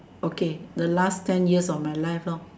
okay the last ten years of my life lor